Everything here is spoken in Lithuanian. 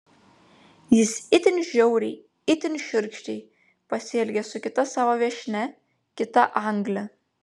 jis itin žiauriai itin šiurkščiai pasielgė su kita savo viešnia kita angle